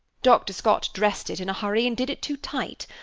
dr. scott dressed it in a hurry and did it too tight.